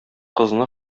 кызны